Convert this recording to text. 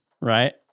right